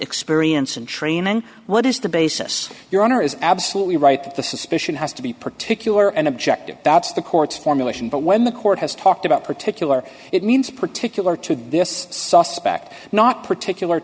experience and training what is the basis your honor is absolutely right that the suspicion has to be particular and objective that's the court's formulation but when the court has talked about particular it means particular to this suspect not particular